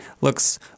looks